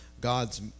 God's